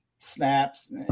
snaps